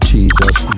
Jesus